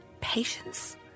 patience